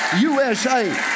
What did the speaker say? USA